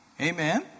Amen